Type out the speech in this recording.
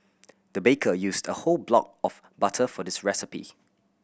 the baker used a whole block of butter for this recipe